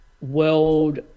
World